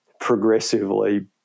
progressively